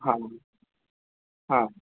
हा हा